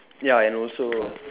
ya and also